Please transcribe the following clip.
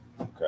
Okay